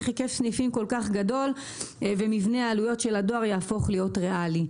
היקף סניפים כל כך גדול ומבנה העלויות של הדואר יהפוך להיות ריאלי.